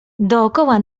dokoła